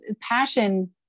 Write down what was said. passion